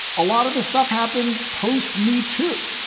a lot of the stuff happened post me, too.